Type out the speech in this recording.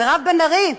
מירב בן ארי,